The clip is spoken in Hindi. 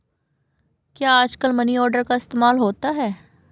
क्या आजकल मनी ऑर्डर का इस्तेमाल होता है?